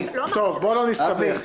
טוב, בואו לא נסתבך.